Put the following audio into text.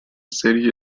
city